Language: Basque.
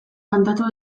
kantatu